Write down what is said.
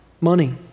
money